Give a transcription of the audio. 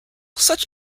such